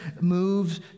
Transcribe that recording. moves